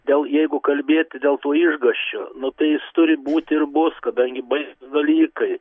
dėl jeigu kalbėti dėl to išgąsčio nu tai jis turi būti ir bus kadangi baisūs dalykai